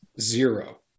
Zero